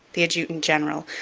the adjutant-general,